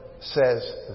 says